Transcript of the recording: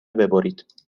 ببرید